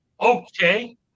Okay